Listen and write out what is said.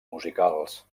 musicals